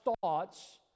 thoughts